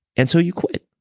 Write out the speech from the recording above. and so you quit.